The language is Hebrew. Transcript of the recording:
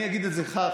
אני אגיד את זה ככה: